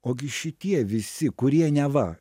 o gi šitie visi kurie neva